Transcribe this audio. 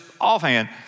offhand